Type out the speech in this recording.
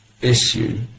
issue